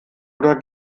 oder